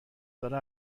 داره